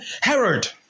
Herod